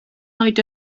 nad